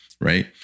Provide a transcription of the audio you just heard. right